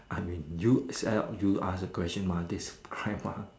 I mean you you ask the question mah this kind mah